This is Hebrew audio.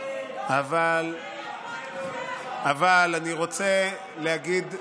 אבל אני רוצה להגיד,